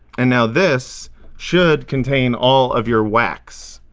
and now this should contain all of your wax.